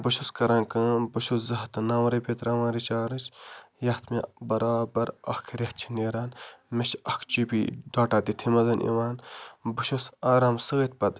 بہٕ چھُس کران کٲم بہٕ چھُس زٕ ہَتھ تہِ نَو رۄپیہِ تراوان رِچارٕج یَتھ مےٚ برابَر اَکھ رٮ۪تھ چھِ نیران مےٚ چھِ اَکھ جی بی ڈاٹا تتھے منٛز یِوان بہٕ چھُس آرام سۭتی پَتہٕ